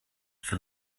for